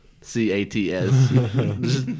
C-A-T-S